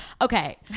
Okay